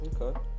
Okay